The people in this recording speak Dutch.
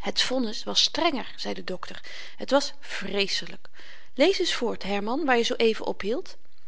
het vonnis was strenger zei de dokter het was vreeselyk lees eens voort herman waar je zoo-even ophield